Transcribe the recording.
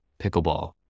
pickleball